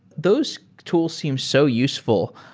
those tools seems so useful.